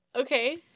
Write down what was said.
okay